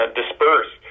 disperse